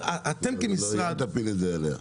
לא, אל את זה עליה.